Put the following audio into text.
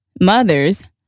mothers